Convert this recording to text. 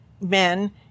men